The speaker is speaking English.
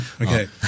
Okay